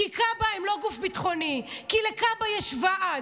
כי כב"א הם לא גוף ביטחוני, כי לכב"א יש ועד,